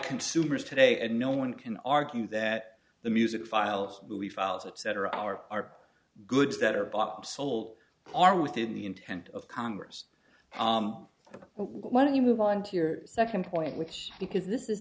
consumers today and no one can argue that the music files movie files etc our goods that are bob sold are within the intent of congress but why don't you move on to your second point which because this is